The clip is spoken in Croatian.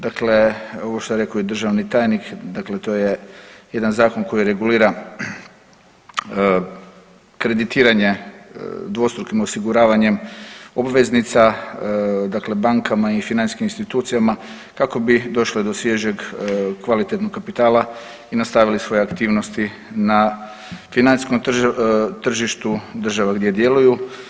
Dakle, ovo što je rekao i državni tajnik dakle to je jedan zakon koji regulira kreditiranje dvostrukim osiguravanjem obveznica dakle bankama i financijskim institucijama kako bi došle do svježeg kvalitetnog kapitala i nastavili svoje aktivnosti na financijskom tržištu država gdje djeluju.